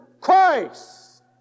Christ